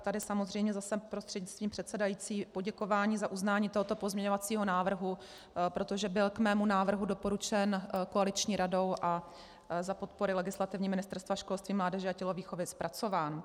Tady samozřejmě zase prostřednictvím předsedající poděkování za uznání tohoto pozměňovacího návrhu, protože byl k mému návrhu doporučen koaliční radou a za podpory legislativy Ministerstva školství, mládeže a tělovýchovy zpracován.